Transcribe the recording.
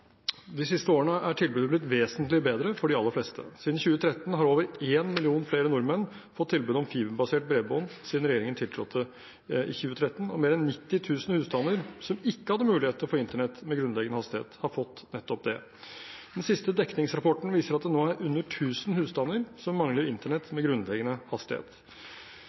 De siste årene er tilbudet blitt vesentlig bedre for de aller fleste. Siden 2013 har over én million flere nordmenn fått tilbud om fiberbasert bredbånd – siden regjeringen tiltrådte i 2013 – og mer enn 90 000 husstander som ikke hadde mulighet til å få internett med grunnleggende hastighet, har fått nettopp det. Den siste dekningsrapporten viser at det nå er under 1 000 husstander som mangler internett med grunnleggende hastighet.